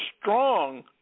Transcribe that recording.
strong